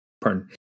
pardon